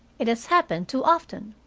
it has happened too often.